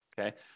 okay